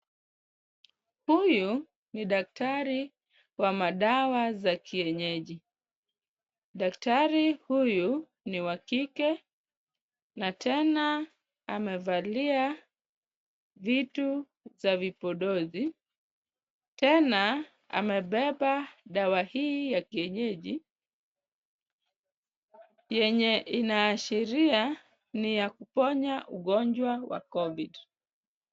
Huyu ni daktari wa madawa za kienyeji. Daktari huyu ni wa kike na tena amevalia vitu za vipodozi. Tena amebeba dawa hii ya kienyeji yenye inaashiria ni ya kuponya ugonjwa wa Covid .